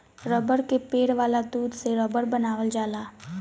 रबड़ के पेड़ वाला दूध से रबड़ बनावल जाला